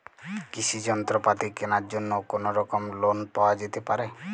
কৃষিযন্ত্রপাতি কেনার জন্য কোনোরকম লোন পাওয়া যেতে পারে?